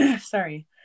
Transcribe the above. Sorry